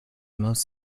most